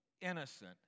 innocent